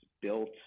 built